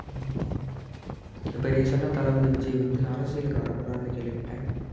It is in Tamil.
இப்போ ரீசென்டாக தளபதி விஜய் வந்து அரசியலுக்கு வர போகிறாருனு கேள்விப்பட்டேன்